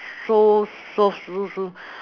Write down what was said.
so so so so so